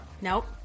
Nope